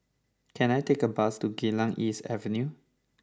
can I take a bus to Geylang East Avenue